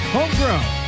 Homegrown